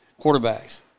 quarterbacks